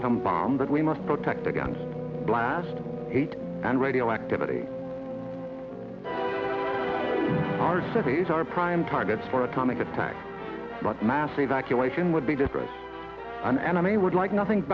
atom bomb that we must protect against blast eight and radioactivity our cities are prime targets for atomic attack but mass evacuation would be different an enemy would like nothing